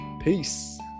peace